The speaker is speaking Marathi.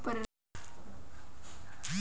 काजूच्या झाडांका जो रोटो लागता तो कसो काडुचो?